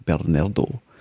Bernardo